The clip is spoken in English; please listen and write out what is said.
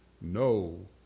No